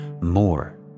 more